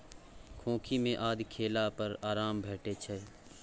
खोंखी मे आदि खेला पर आराम भेटै छै